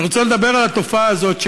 אני רוצה לדבר על התופעה הזאת,